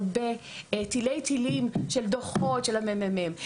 תלי-תלים של דוחות של הממ"מ,